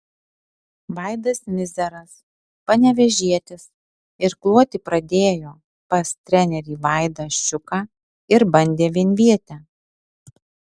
vaidas mizeras panevėžietis irkluoti pradėjo pas trenerį vaidą ščiuką ir bandė vienvietę